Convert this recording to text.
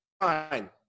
fine